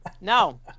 No